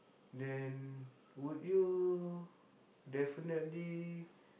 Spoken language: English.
then would you definitely